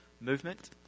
movement